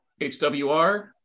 HWR